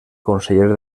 conseller